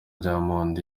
diamond